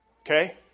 Okay